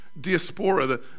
diaspora